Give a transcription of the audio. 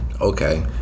Okay